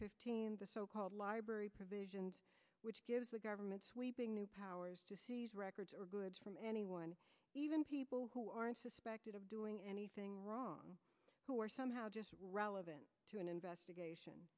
fifteen the so called library provision which gives the government sweeping new powers records or goods from anyone even people who aren't suspected of doing anything wrong who are somehow relevant to an investigation